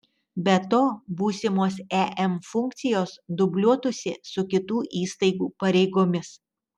be to būsimos em funkcijos dubliuotųsi su kitų įstaigų pareigomis